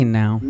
now